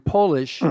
Polish